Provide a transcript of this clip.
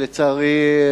לצערי,